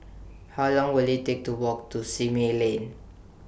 How Long Will IT Take to Walk to Simei Lane